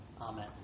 amen